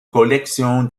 collection